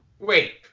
Wait